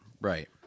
right